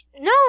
No